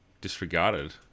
disregarded